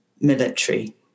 military